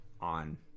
on